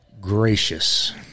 gracious